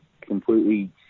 completely